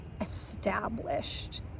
established